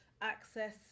access